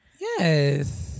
yes